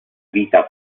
vita